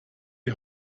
die